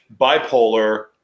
bipolar